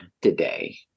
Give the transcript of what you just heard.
today